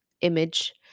image